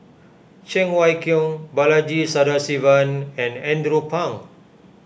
Cheng Wai Keung Balaji Sadasivan and Andrew Phang